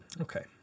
okay